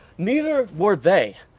neither were they.